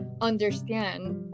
understand